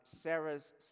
Sarah's